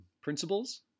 principles